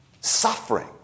suffering